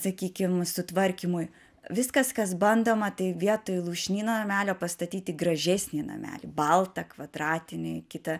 sakykim sutvarkymui viskas kas bandoma tai vietoj lūšnyno namelio pastatyti gražesnį namelį baltą kvadratinį kitą